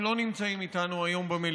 בבקשה.